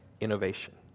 innovation